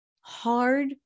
hard